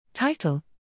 Title